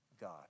God